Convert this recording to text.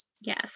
Yes